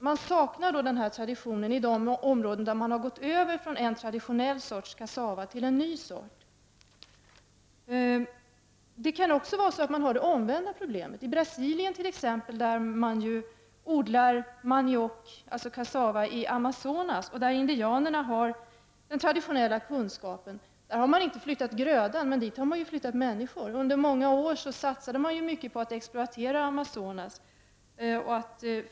Man saknar traditionen i de områden där man har gått över från en traditionell sorts kassava till en ny sort. Det kan också vara så att man har det omvända problemet, t.ex. i Brasilien. Där odlar man kassava i Amazonas, och där har indianerna den traditionella kunskapen. Men här har man inte flyttat grödor, utan man har flyttat människor. Under många år satsades det hårt på att exploatera Amazonas.